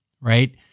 right